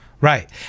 right